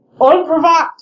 unprovoked